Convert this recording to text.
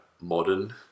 modern